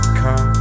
car